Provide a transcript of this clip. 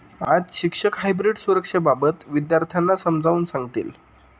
आज शिक्षक हायब्रीड सुरक्षेबाबत विद्यार्थ्यांना समजावून सांगतील